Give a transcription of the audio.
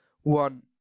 one